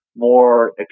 More